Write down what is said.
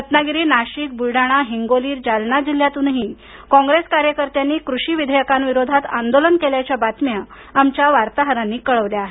रत्नागिरी नाशिक बुलडाणा हिंगोली जालना जिल्ह्यातूनही कॉंग्रेस कार्यकर्त्यांनी कृषी विधेयकाविरोधात आंदोलन केल्याच्या बातम्या आमच्या वार्ताहरांनी कळवल्या आहेत